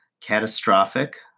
catastrophic